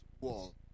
wall